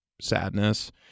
sadness